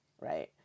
right